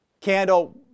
candle